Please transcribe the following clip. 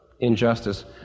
injustice